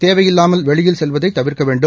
தேவையில்லாமல் வெளியில் செல்வதை தவிர்க்க வேண்டும்